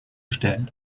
stellen